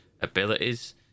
abilities